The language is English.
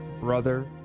brother